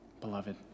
Beloved